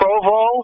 Provo